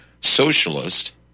socialist